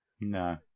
No